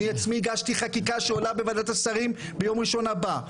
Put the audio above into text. אני עצמי הגשתי חקיקה שעולה בוועדת השרים ביום ראשון הבא.